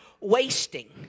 wasting